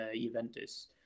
Juventus